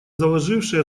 заложивший